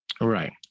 right